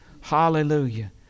Hallelujah